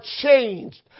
changed